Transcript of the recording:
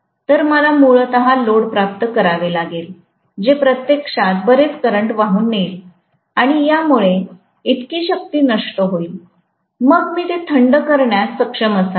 तर मला मूलत लोड प्राप्त करावे लागेल जे प्रत्यक्षात बरेच करंट वाहून नेईल आणि यामुळे इतकी शक्ती नष्ट होईल मग मी ते थंड करण्यास सक्षम असावे